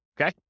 Okay